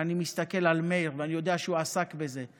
ואני מסתכל על מאיר ואני יודע שהוא עסק בזה,